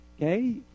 Okay